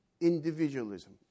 individualism